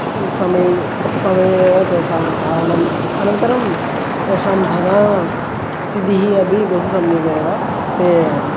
समये समये एव तेषाम् धारणम् अनन्तरं तेषां धनस्थितिः अपि बहु सम्यगेव ते